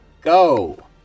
Go